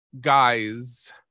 Guys